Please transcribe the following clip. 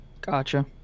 Gotcha